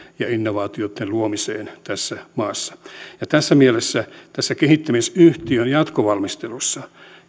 ja innovaatioitten luomiseen tässä maassa tässä mielessä tässä kehittämisyhtiön jatkovalmistelussa